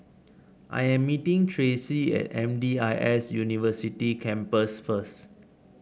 I'm meeting Tracey at M D I S University Campus first